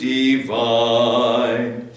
divine